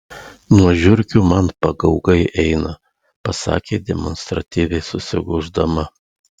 nuo žiurkių man pagaugai eina pasakė demonstratyviai susigūždama